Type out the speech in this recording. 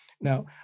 Now